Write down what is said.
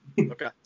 okay